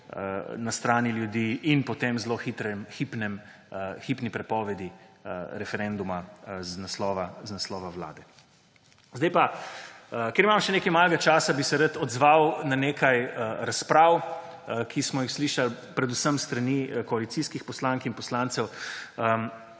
na strani ljudi in potem zelo hipni prepovedi referenduma z naslova vlade. Ker imam še nekaj malega časa, bi se rad odzval na nekaj razprav, ki smo jih slišali predvsem s strani koalicijskih poslank in poslancev.